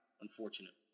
unfortunately